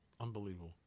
Unbelievable